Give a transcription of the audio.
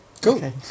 Cool